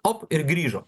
op ir grįžo